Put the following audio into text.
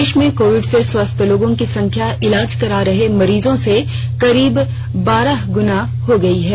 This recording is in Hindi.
देश में कोविड से स्वस्थ लोगों की संख्या इलाज करा रहे मरीजों से करीब बारह गुणा हो गई है